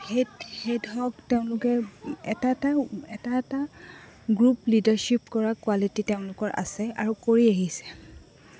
সেই সেইত হওক তেওঁলোকে এটা এটা এটা এটা গ্ৰুপ লিডাৰশ্বিপ কৰা কোৱালিটি তেওঁলোকৰ আছে আৰু কৰি আহিছে